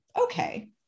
okay